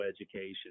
education